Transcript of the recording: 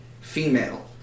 female